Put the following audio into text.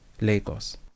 Lagos